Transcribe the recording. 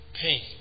pain